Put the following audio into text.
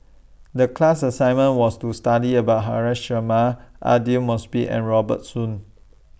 The class assignment was to study about Haresh Sharma Aidli Mosbit and Robert Soon